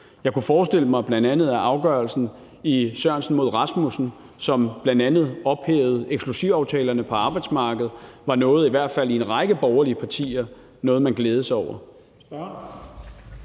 Jeg kunne forestille mig, at bl.a. afgørelsen i Sørensen og Rasmussen-sagen, som bl.a. ophævede eksklusivaftalerne på arbejdsmarkedet, var noget, som man i hvert fald i en række borgerlige partier glædede sig over.